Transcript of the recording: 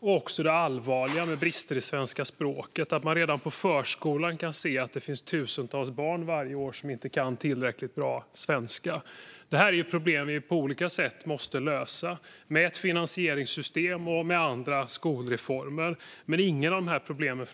Det är också allvarliga brister i svenska språket. Man kan redan på förskolan se att det finns tusentals barn varje år som inte kan tillräckligt bra svenska. Det är ett problem som vi på olika sätt måste lösa med ett finansieringssystem och med andra skolreformer. Fru talman! Inga av dessa problem